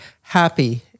happy